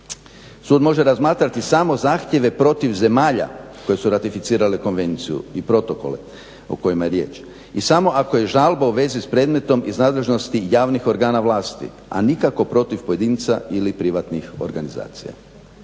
Sud može razmatrati samo zahtjeve protiv zemalja koje su ratificirale konvenciju i protokole o kojima je riječ i samo ako je žalba u vezi s predmetom iz nadležnosti javnih organa vlasti, a nikako protiv pojedinca ili privatnih organizacija.